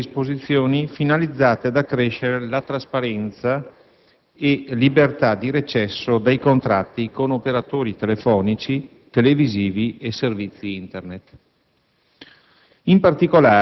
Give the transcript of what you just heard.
dettato apposite disposizioni finalizzate ad accrescere la trasparenza e la libertà di recesso dai contratti con operatori telefonici, televisivi e di servizi Internet.